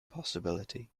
possibility